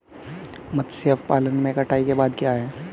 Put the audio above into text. मत्स्य पालन में कटाई के बाद क्या है?